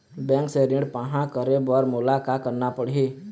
Bank से ऋण पाहां करे बर मोला का करना पड़ही?